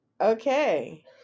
Okay